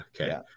Okay